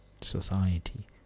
society